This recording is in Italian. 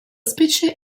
specie